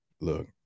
look